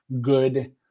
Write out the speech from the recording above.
good